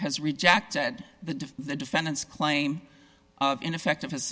has rejected the the defendant's claim of ineffective